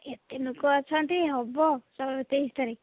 କେତେ ଲୋକ ଅଛନ୍ତି ହବ ସବୁ ତେଇଶ୍ ତାରିଖ